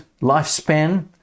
lifespan